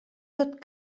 tot